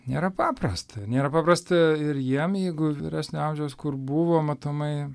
nėra paprasta nėra paprasta ir jiem jeigu vyresnio amžiaus kur buvo matomai